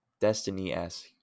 Destiny-esque